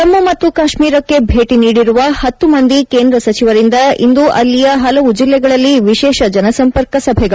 ಜಮ್ಮು ಮತ್ತು ಕಾಶ್ಮೀರಕ್ಕೆ ಭೇಟಿ ನೀಡಿರುವ ಹತ್ತು ಮಂದಿ ಕೇಂದ್ರ ಸಚಿವರಿಂದ ಇಂದು ಅಲ್ಲಿಯ ಹಲವು ಜಿಲ್ಲೆಗಳಲ್ಲಿ ವಿಶೇಷ ಜನಸಂಪರ್ಕ ಸಭೆಗಳು